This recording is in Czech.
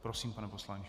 Prosím, pane poslanče.